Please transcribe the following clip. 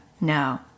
No